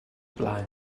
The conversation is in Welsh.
blaen